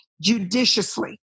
judiciously